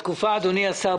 אדוני השר,